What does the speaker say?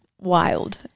wild